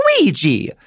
Luigi